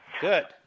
Good